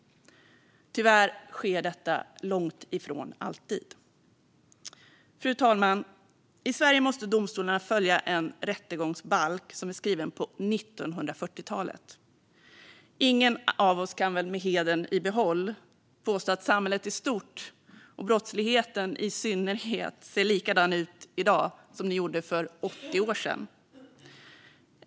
Tyvärr sker detta långt ifrån alltid. Fru talman! I Sverige måste domstolarna följa en rättegångsbalk som är skriven på 1940-talet. Ingen av oss kan väl med hedern i behåll påstå att samhället i stort, och brottsligheten i synnerhet, ser likadan ut i dag som den gjorde för 80 år sedan.